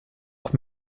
auch